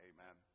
Amen